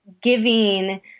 giving